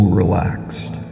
relaxed